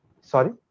Sorry